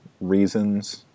reasons